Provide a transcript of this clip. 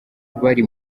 bari